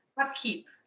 upkeep